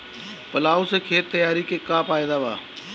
Plough से खेत तैयारी के का फायदा बा?